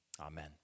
Amen